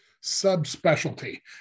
sub-specialty